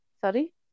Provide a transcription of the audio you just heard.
Sorry